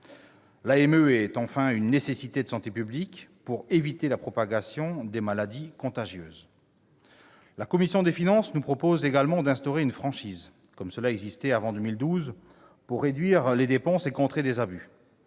L'AME, enfin, constitue une nécessité de santé publique pour éviter la propagation de maladies contagieuses. La commission des finances nous propose également d'instaurer une franchise, comme cela existait avant 2012, pour réduire les dépenses et contrer des abus.